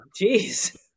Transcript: Jeez